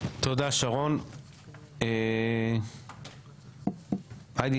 תודה שרון, הידי